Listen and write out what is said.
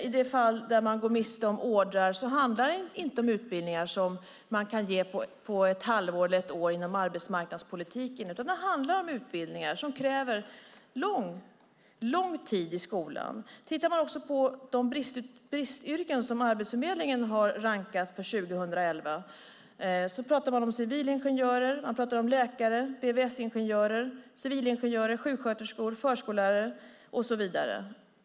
I det fall man går miste om order handlar det inte om utbildningar som kan genomföras på ett halvår eller ett år inom arbetsmarknadspolitiken, utan det handlar om utbildningar som kräver lång tid i skolan. Tittar man på de bristyrken som Arbetsförmedlingen har rankat för 2011 pratar man om civilingenjörer, läkare, VVS-ingenjörer, sjuksköterskor, förskollärare och så vidare.